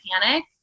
panic